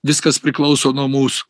viskas priklauso nuo mūs